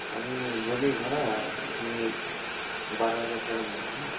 আমি বলি ভাড়া আপনি ওই বারো হাজার টাকা নিন হ্যাঁ